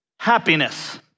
Happiness